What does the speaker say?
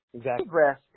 progress